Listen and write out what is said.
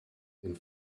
den